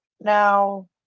Now